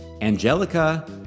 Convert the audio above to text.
Angelica